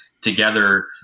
together